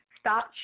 Stop